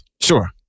Sure